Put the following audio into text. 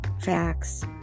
facts